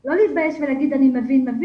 לא צריכים להתבייש ולהגיד שהם מבינים,